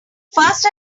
first